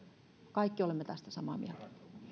kaikki olemme tästä samaa mieltä